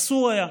אסור היה.